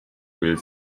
will